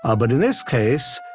ah but in this case,